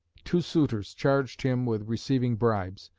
two suitors charged him with receiving bribes.